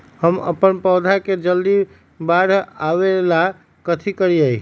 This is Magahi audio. हम अपन पौधा के जल्दी बाढ़आवेला कथि करिए?